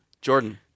Jordan